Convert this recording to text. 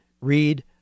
read